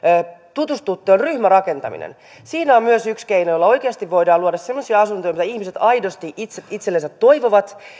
tutustutte on ryhmärakentaminen siinä on myös yksi keino jolla oikeasti voidaan luoda semmoisia asuntoja mitä ihmiset aidosti itsellensä toivovat